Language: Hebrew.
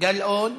גלאון,